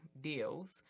deals